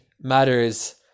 matters